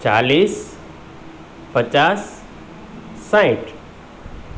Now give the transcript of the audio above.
ચાલીસ પચાસ સાઠ